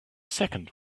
second